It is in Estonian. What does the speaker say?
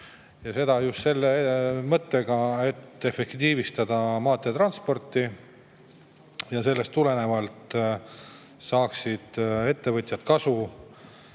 Seda just selle mõttega, et efektiivistada maanteetransporti. Sellest tulenevalt saaksid ettevõtjad kasu